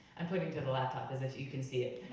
i'm pointing to the laptop as if you can see it.